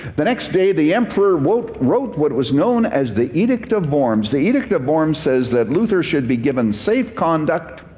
the next day the emperor wrote wrote what was known as the edict of worms. the edict of worms says that luther should be given safe conduct